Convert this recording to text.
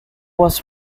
was